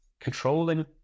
controlling